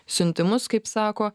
siuntimus kaip sako